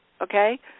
Okay